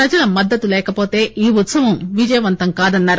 ప్రజల మద్దతు లేకపోతే ఈ ఉత్సవం విజయవంతం కాదన్నారు